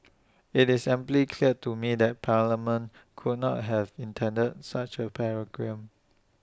IT is amply clear to me that parliament could not have intended such A paradigm